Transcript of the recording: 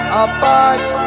apart